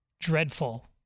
dreadful